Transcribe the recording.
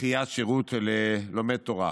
דחיית שירות ללומד תורה.